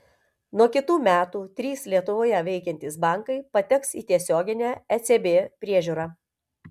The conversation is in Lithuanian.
nuo kitų metų trys lietuvoje veikiantys bankai pateks į tiesioginę ecb priežiūrą